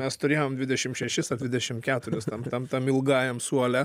mes turėjom dvidešim šešis ar dvidešim keturis tam tam tam ilgajam suole